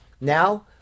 Now